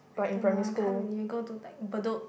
don't know I can't really I go to like Bedok